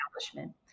establishment